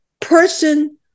person